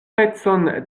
pecon